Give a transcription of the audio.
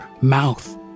mouth